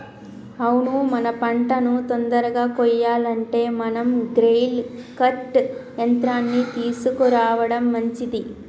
అవును మన పంటను తొందరగా కొయ్యాలంటే మనం గ్రెయిల్ కర్ట్ యంత్రాన్ని తీసుకురావడం మంచిది